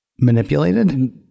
manipulated